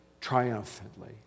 triumphantly